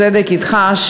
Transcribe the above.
הצדק אתך,